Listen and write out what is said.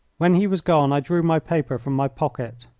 when he was gone i drew my paper from my pocket.